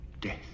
Death